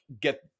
get